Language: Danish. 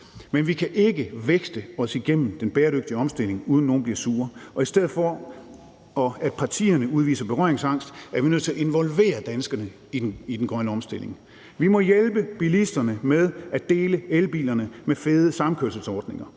Men vi kan ikke vækste os igennem den bæredygtige omstilling, uden at nogle bliver sure, og i stedet for at partierne udviser berøringsangst, er vi nødt til at involvere danskerne i den grønne omstilling. Vi må hjælpe bilisterne med at dele elbilerne med fede samkørselsordninger;